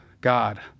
God